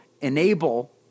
enable